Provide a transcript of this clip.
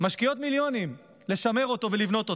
משקיעות מיליונים, כדי לשמר אותו ולבנות אותו.